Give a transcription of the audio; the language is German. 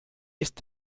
ist